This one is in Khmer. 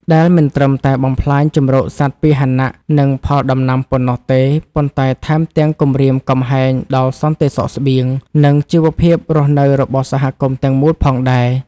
ដែលមិនត្រឹមតែបំផ្លាញជម្រកសត្វពាហនៈ និងផលដំណាំប៉ុណ្ណោះទេ ប៉ុន្តែថែមទាំងគំរាមកំហែងដល់សន្តិសុខស្បៀង និងជីវភាពរស់នៅរបស់សហគមន៍ទាំងមូលផងដែរ។